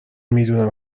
میدونم